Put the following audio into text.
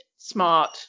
Smart